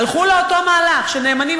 הלכו לאותו מהלך של נאמנים.